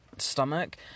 stomach